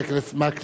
חבר הכנסת מקלב,